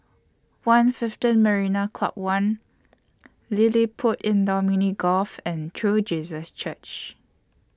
one fiveteen Marina Club one LilliPutt Indoor Mini Golf and True Jesus Church